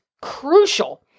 crucial